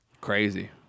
Crazy